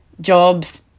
Jobs